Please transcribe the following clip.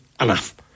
enough